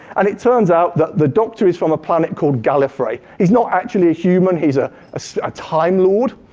and it turns out that the doctor is from a planet called gallifrey. he's not actually a human, he's ah ah so a time lord,